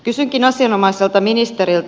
kysynkin asianomaiselta ministeriltä